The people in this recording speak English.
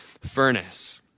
furnace